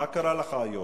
מה קרה לך היום?